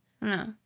No